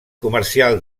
comercial